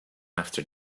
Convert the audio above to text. after